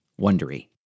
Wondery